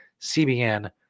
CBN